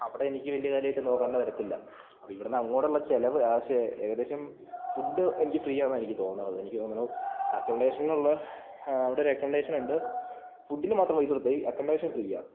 അവിടെ എനിക്ക് വലിയ കാര്യമായിട്ട് നോക്കണ്ട വരത്തില്ല അപ്പം ഇവിടുന്ന് അങ്ങോട്ടുള്ള ചിലവ് ഷേ ഏകദേശം ഫുഡ് എനിക്ക് ഫ്രീയാന്നാണ് എനിക്ക് തോന്നണത് എനിക്ക് തോന്നണു അക്കോമഡേഷനുള്ള അവിടെ ഒരു അക്കമഡേഷൻണ്ട് ഫുഡിന് മാത്രം പൈസ കൊടുത്താൽ മതി ഈ അക്കൊമഡേഷൻ ഫ്രീയാണ്